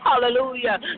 Hallelujah